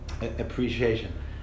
Appreciation